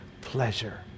pleasure